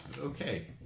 Okay